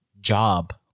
Job